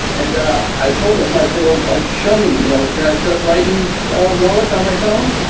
and i i told them, i said, well, like show me. you know can i set up lightning wallet on my phone?